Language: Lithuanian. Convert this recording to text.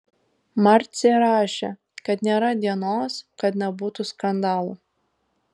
marcė rašė kad nėra dienos kad nebūtų skandalų